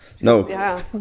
No